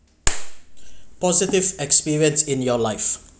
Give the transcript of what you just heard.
positive experience in your life